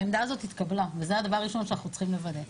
העמדה הזאת התקבלה וזה הדבר הראשון שאנחנו צריכים לוודא.